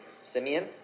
Simeon